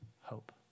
hope